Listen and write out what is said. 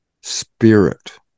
spirit